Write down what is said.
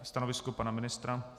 Stanovisko pana ministra?